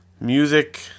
music